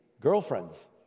girlfriends